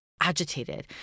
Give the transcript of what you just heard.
agitated